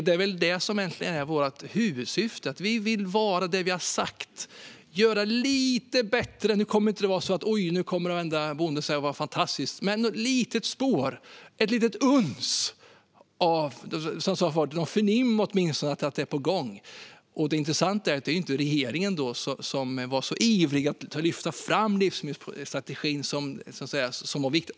Det är egentligen detta som är vårt huvudsyfte: Vi vill vara det som vi har sagt och göra det lite bättre. Det kommer inte att bli så att varenda bonde säger: Fantastiskt! Men det kan bli ett litet spår, ett litet uns så att de åtminstone förnimmer att det är på gång. Det intressanta är att detta inte kommer från regeringen, som var så ivrig att lyfta fram livsmedelsstrategin som viktig.